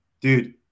dude